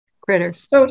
critters